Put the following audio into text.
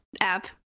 app